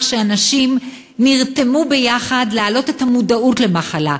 שאנשים נרתמו יחד להגביר את המודעות למחלה,